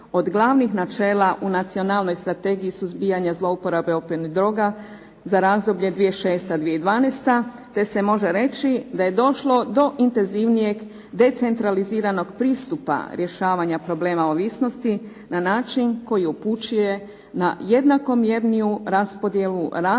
od glavnih načela u Nacionalnoj strategiji suzbijanja zlouporabe opojnih droga za razdoblje 2006. 2012. te se može reći da je došlo do intenzivnijeg decentraliziranog pristupa rješavanja problema ovisnosti na način koji upućuje na jednakomjerniju raspodjelu različitih